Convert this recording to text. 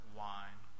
wine